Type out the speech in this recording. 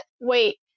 wait